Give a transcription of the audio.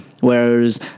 Whereas